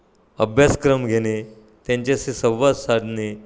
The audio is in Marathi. अभ्यासक्रम घेणे त्यांच्याशी संवाद साधणे